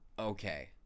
okay